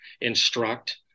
instruct